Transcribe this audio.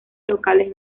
locales